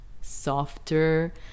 softer